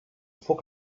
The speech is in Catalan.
foc